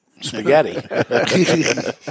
spaghetti